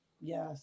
Yes